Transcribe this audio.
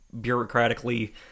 bureaucratically